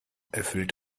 erfüllt